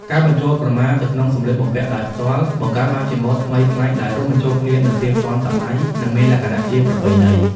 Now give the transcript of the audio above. ការបញ្ចូលក្រមាទៅក្នុងសម្លៀកបំពាក់ដោយផ្ទាល់ បង្កើតបានជាម៉ូដថ្មីប្លែក ដែលរួមបញ្ចូលគ្នានូវភាពទាន់សម័យ និងមានលក្ខណជាប្រពៃណី។